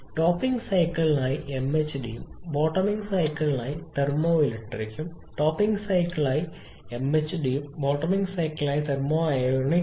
topping സൈക്കിളായി എംഎച്ച്ഡിയും bottoming സൈക്കിളായി തെർമോ ഇലക്ട്രിക്കും ടോപ്പിംഗ് സൈക്കിളായി എംഎച്ച്ഡിയും ബോട്ടമിംഗ് സൈക്കിളായി തെർമോ അയോണിക്